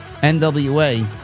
NWA